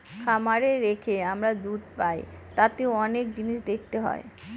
খামারে রেখে আমরা দুধ পাই তাতে অনেক জিনিস দেখতে হয়